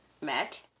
met